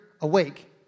awake